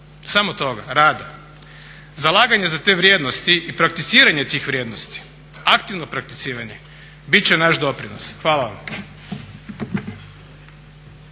Samo toga, rada. Zalaganje za te vrijednosti i prakticiranje tih vrijednosti, aktivno prakticiranje bit će naš doprinos. Hvala vam.